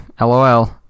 LOL